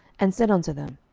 and said unto them,